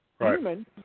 human